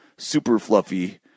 super-fluffy